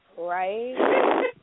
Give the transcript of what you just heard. Right